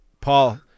Paul